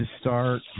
start